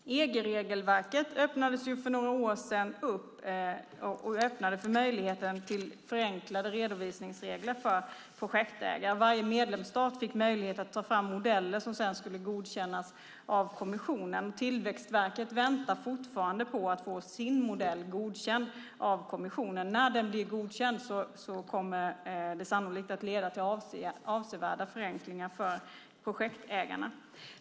EG-regelverket öppnades för några år sedan upp. Det öppnade för möjligheten till förenklade redovisningsregler för projektägare. Varje medlemsstat fick möjlighet att ta fram modeller som sedan skulle godkännas av kommissionen. Tillväxtverket väntar fortfarande på att få sin modell godkänd av kommissionen. När den blir godkänd kommer det sannolikt att leda till avsevärda förenklingar för projektägarna.